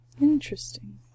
Interesting